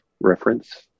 reference